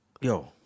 Yo